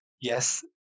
yes